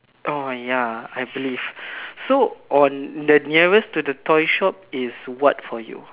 orh ya I believe so on the nearest to the toy shop is what for you